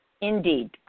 Indeed